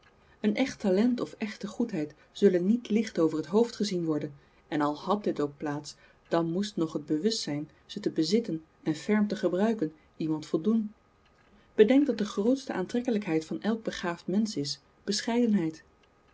een echt talent of echte goedheid zullen niet licht over het hoofd gezien worden en al hàd dit ook plaats dan moest nog het bewustzijn ze te bezitten en ferm te gebruiken iemand voldoen bedenk dat de grootste aantrekkelijkheid van elk begaafd mensch is bescheidenheid